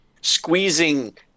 squeezing